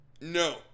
No